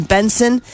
Benson